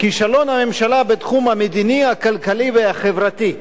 כישלון הממשלה בתחום המדיני, הכלכלי והחברתי.